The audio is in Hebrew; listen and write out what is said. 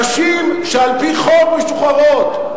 נשים שעל-פי חוק משוחררות,